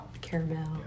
Caramel